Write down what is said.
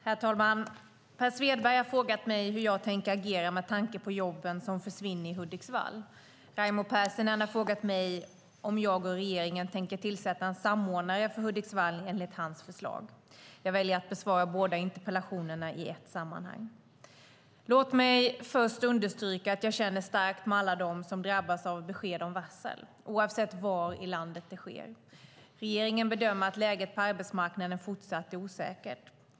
Herr talman! Per Svedberg har frågat mig hur jag tänker agera med tanke på jobben som försvinner i Hudiksvall. Raimo Pärssinen har frågat mig om jag och regeringen tänker tillsätta en samordnare för Hudiksvall enligt hans förslag. Jag väljer att besvara båda interpellationerna i ett sammanhang. Låt mig först understryka att jag känner starkt med alla dem som drabbas av besked om varsel, oavsett var i landet det sker. Regeringen bedömer att läget på arbetsmarknaden fortsatt är osäkert.